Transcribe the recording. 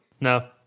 No